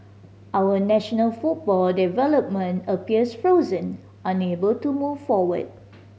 our national football development appears frozen unable to move forward